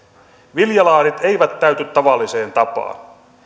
viljalaarit eivät täyty tavalliseen tapaan